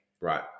Right